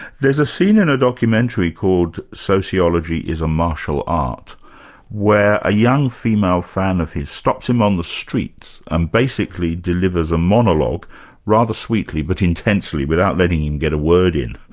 there's a scene in a documentary called sociology is a martial art where a young female fan of his stops him on the street and basically delivers a monologue rather sweetly, but intensely without letting him get a word in,